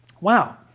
Wow